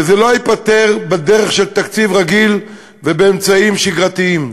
כי זה לא ייפתר בדרך של תקציב רגיל ובאמצעים שגרתיים.